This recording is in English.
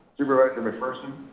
supervisor mcpherson.